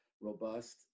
robust